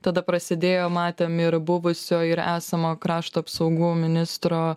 tada prasidėjo matėm ir buvusio ir esamo krašto apsaugų ministro